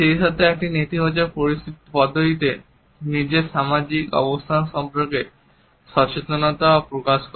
সেইসাথে একটি নেতিবাচক পদ্ধতিতে নিজের সামাজিক অবস্থান সম্পর্কে সচেতনতাও প্রকাশ করে